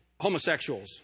homosexuals